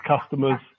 customers